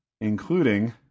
Including